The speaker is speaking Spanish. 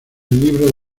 libro